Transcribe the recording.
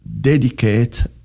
dedicate